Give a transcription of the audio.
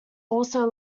also